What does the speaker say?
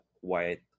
white